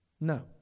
No